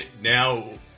now